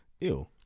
Ew